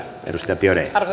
arvoisa puhemies